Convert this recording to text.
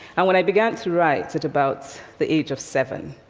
and when i began to write, at about the age of seven,